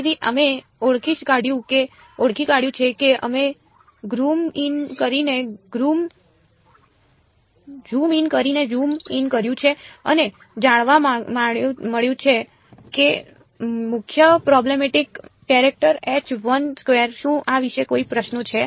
તેથી અમે ઓળખી કાઢ્યું છે કે અમે ઝૂમ ઇન કરીને ઝૂમ ઇન કર્યું છે અને જાણવા મળ્યું છે કે મુખ્ય પ્રૉબ્લેમેટિક કેરેક્ટર શું આ વિશે કોઈ પ્રશ્નો છે